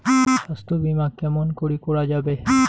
স্বাস্থ্য বিমা কেমন করি করা যাবে?